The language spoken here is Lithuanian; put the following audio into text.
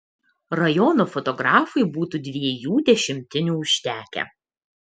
rajono fotografui būtų dviejų dešimtinių užtekę